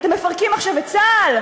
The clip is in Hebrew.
אתם מפרקים עכשיו את צה"ל,